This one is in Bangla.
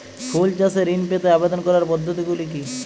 ফুল চাষে ঋণ পেতে আবেদন করার পদ্ধতিগুলি কী?